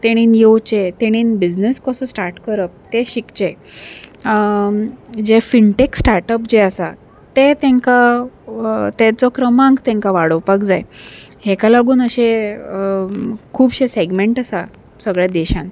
तेणेन येवचे तेणेन बिझनस कसो स्टार्ट करप तें शिकचें जे फिनटॅक स्टार्टप जे आसा तें तेंकां तेचो क्रमांक तेंकां वाडोवपाक जाय हेका लागून अशे खुबशे सॅगमँट आसा सगळ्या देशान